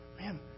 man